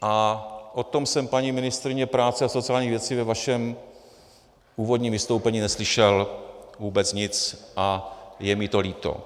O tom jsem, paní ministryně práce a sociálních věcí, ve vašem původním vystoupení neslyšel vůbec nic a je mi to líto.